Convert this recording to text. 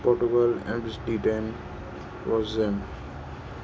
portable Amsterdam frozen